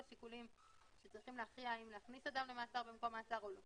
שצריכים להכריע האם להכניס אותם למעצר במקום מאסר.